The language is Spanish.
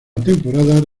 temporada